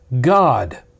God